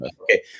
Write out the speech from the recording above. Okay